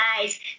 eyes